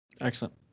Excellent